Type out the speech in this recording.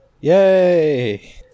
Yay